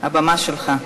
הבמה שלך.